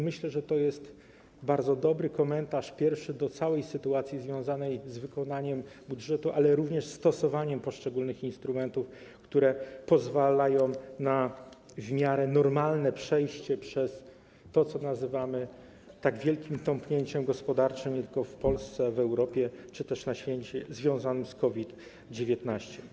Myślę, że to jest bardzo dobry pierwszy komentarz do całej sytuacji związanej z wykonaniem budżetu, ale również ze stosowaniem poszczególnych instrumentów, które pozwalają na w miarę normalne przejście przez to, co nazywamy wielkim tąpnięciem gospodarczym, nie tylko w Polsce, ale też w Europie czy na świecie, związanym z COVID-19.